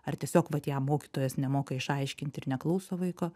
ar tiesiog vat jam mokytojas nemoka išaiškinti ir neklauso vaiko